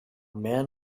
man